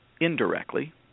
indirectly